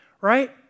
right